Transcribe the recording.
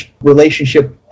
relationship